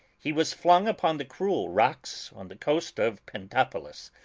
he was flung upon the cruel rocks on the coast of pentapolis,